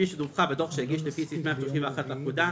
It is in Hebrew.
כפי שדווחה בדוח שהגיש לפי סעיף 131 לפקודה,